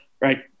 right